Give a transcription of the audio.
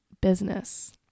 business